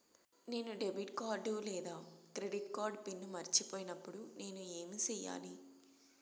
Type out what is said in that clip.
నేను debit card లేదా credit card pin మర్చిపోయినప్పుడు నేను ఏమి సెయ్యాలి?